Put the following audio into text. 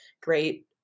great